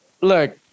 look